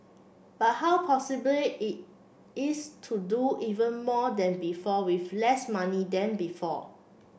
but how possible is to do even more than before with less money than before